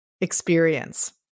experience